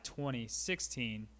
2016